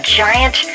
giant